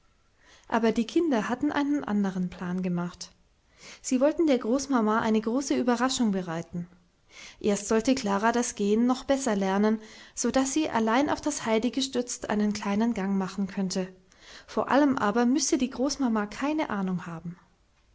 aber die kinder hatten einen andern plan gemacht sie wollten der großmama eine große überraschung bereiten erst sollte klara das gehen noch besser lernen so daß sie allein auf das heidi gestützt einen kleinen gang machen könnte von allem aber müßte die großmama keine ahnung haben